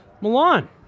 Milan